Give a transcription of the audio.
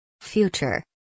Future